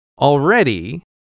already